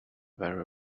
very